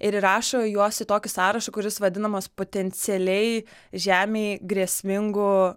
ir įrašo juos į tokį sąrašą kuris vadinamas potencialiai žemei grėsmingų